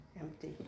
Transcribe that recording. Empty